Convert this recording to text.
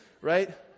right